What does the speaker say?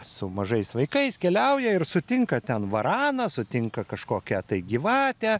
su mažais vaikais keliauja ir sutinka ten varaną sutinka kažkokią tai gyvatę